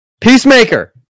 Peacemaker